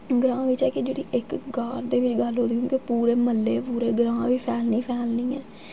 ग्रांऽ बिच एह् ऐ जेह्ड़ी इक घर दी बी गल्ल पूरे मह्ल्ले पूरे ग्रांऽ बी फैलनी ई फैलनी ऐ